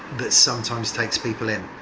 that sometimes takes people in.